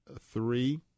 three